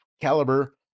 caliber